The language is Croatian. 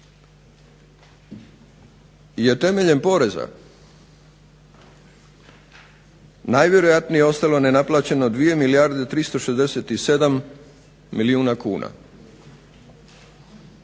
je temeljem poreza najvjerojatnije ostalo nenaplaćeno 2 milijarde 367 milijuna kuna